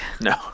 No